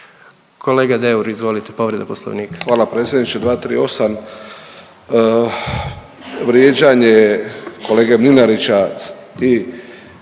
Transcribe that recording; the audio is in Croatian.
Kolega Deur, izvolite, povreda Poslovnika. **Deur, Ante (HDZ)** Hvala predsjedniče, 238. Vrijeđanje kolege Mlinarića i